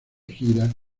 gira